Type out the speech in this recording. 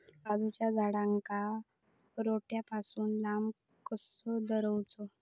काजूच्या झाडांका रोट्या पासून लांब कसो दवरूचो?